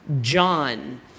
John